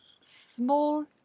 small